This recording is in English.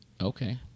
Okay